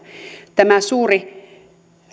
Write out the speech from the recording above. tämä suuri